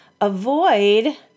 avoid